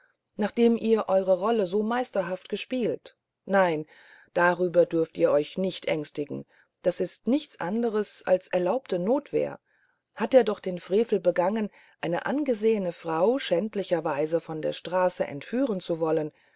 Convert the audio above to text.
nachdem ihr eure rolle so meisterhaft gespielt nein darüber dürft ihr euch nicht ängstigen das ist nichts anderes als erlaubte notwehr hat er doch den frevel begangen eine angesehene frau schändlicherweise von der straße entführen zu wollen